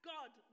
God